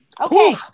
Okay